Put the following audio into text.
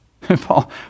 Paul